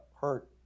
hurt